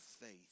faith